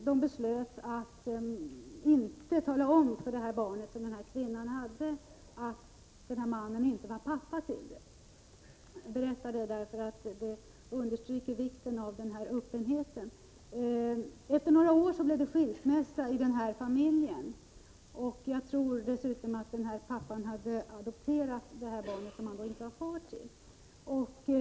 De beslöt att inte tala om för det barn som kvinnan hade att den här mannen inte var pappa till det. Jag berättar detta för att understryker vikten av öppenheten. Jag tror dessutom att pappan hade adopterat barnet som han inte var biologisk far till. Efter några år blev det skilsmässa i familjen.